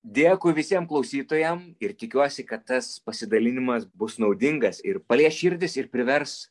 dėkui visiem klausytojam ir tikiuosi kad tas pasidalinimas bus naudingas ir palies širdis ir privers